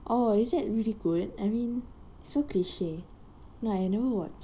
oh is that really good I mean it's so cliche no I never watch